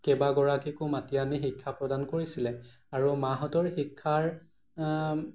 কেইবাগৰাকীকো মাতি আনি শিক্ষা প্ৰদান কৰিছিলে আৰু মাহঁতৰ শিক্ষাৰ